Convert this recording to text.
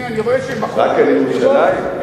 רק על ירושלים?